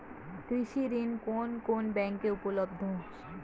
কৃষি ঋণ কোন কোন ব্যাংকে উপলব্ধ?